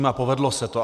A povedlo se to.